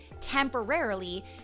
temporarily